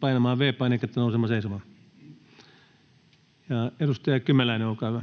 painamaan V-painiketta ja nousemaan seisomaan. — Edustaja Kymäläinen, olkaa hyvä.